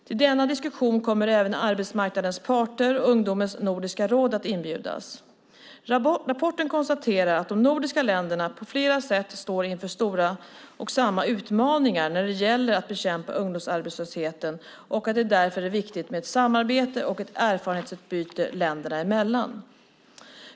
Till denna diskussion kommer även arbetsmarknadens parter och Ungdomens nordiska råd att inbjudas. I rapporten konstateras att de nordiska länderna på flera sätt står inför stora och samma utmaningar när det gäller att bekämpa ungdomsarbetslösheten och att det därför är viktigt med samarbete och ett erfarenhetsutbyte länderna emellan.